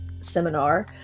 seminar